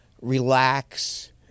relax